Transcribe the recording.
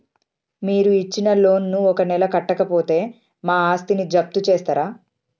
మీరు ఇచ్చిన లోన్ ను ఒక నెల కట్టకపోతే మా ఆస్తిని జప్తు చేస్తరా?